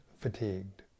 fatigued